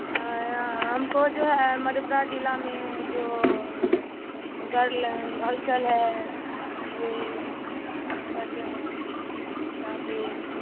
आ हमको जो है मधेपुरा ज़िले में जो गर्ल होस्टल है यह क्या कहते हैं यहाँ पर